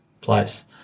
place